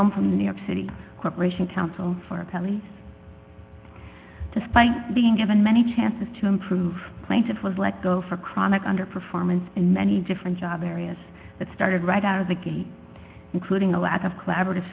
i'm from new york city cooperation council for kelly despite being given many chances to improve plaintiffs was let go for chronic under performance in many different job areas that started right out of the gate including a lack of collaborative